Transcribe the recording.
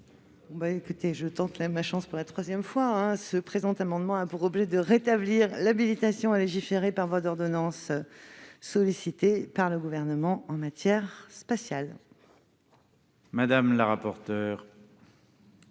Je tente ma chance pour la troisième fois ... Le présent amendement a pour objet de rétablir l'habilitation à légiférer par voie d'ordonnance sollicitée par le Gouvernement en matière spatiale. Quel est